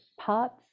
parts